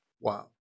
Wow